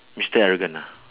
mister arrogant ah